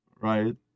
Right